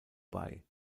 bei